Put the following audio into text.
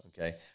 okay